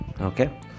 okay